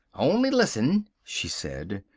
only listen, she said,